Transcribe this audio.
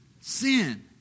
sin